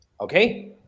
okay